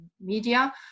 media